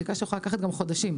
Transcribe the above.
בדיקה שיכולה לקחת גם חודשים.